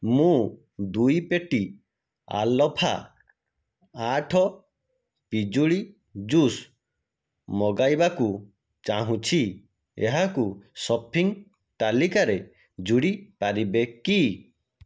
ମୁଁ ଦୁଇ ପେଟି ଆଲ୍ଫା ଆଠ ପିଜୁଳି ଜୁସ୍ ମଗାଇବାକୁ ଚାହୁଁଛି ଏହାକୁ ସପିଂ ତାଲିକାରେ ଯୋଡ଼ି ପାରିବେ କି